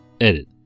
Edit